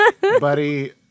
Buddy